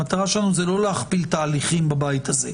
המטרה שלנו היא לא להכפיל תהליכים בבית הזה.